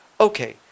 Okay